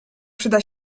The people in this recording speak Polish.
przyda